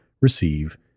receive